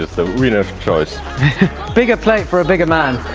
the winner's choice bigger plate for a bigger man!